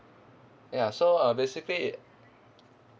ya so uh basically